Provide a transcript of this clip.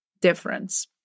difference